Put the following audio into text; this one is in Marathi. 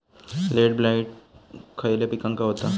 लेट ब्लाइट खयले पिकांका होता?